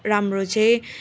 राम्रो चाहिँ